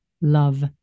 love